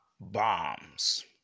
Bombs